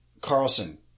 Carlson